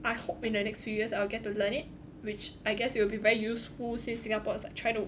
I hope in the next few years I'll get to learn it which I guess it will be very useful since Singapore is like try to